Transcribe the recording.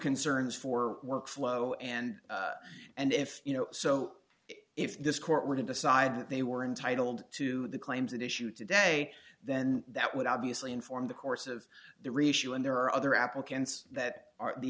concerns for work flow and and if you know so if this court were to decide that they were entitled to the claims that issue today then that would obviously inform the course of the reissue and there are other applicants that are the